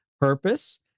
purpose